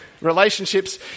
Relationships